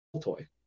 toy